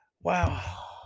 Wow